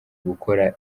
gukora